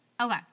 okay